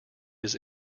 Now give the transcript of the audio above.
his